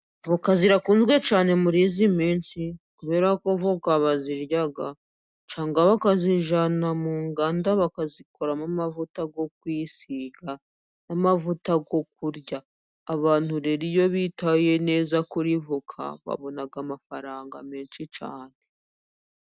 Voka zirakunzwe cyane muri iyi minsi kubera ko voka barazirya cyangwa bakazijyana mu nganda bakazikoramo amavuta yo kwisiga n'amavuta yo kurya. Abantu rero iyo bitaye neza kuri voka babona amafaranga menshi cyane.